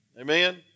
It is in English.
Amen